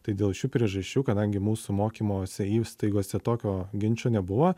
tai dėl šių priežasčių kadangi mūsų mokymosi įstaigose tokio ginčo nebuvo